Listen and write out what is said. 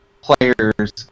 players